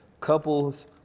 couples